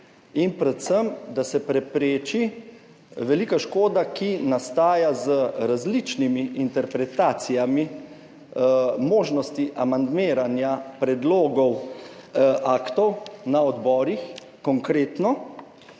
in predvsem, da se prepreči velika škoda, ki nastaja z različnimi interpretacijami možnosti amandmiranja predlogov aktov na odborih. Konkretno